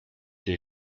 der